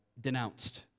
denounced